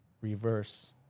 reverse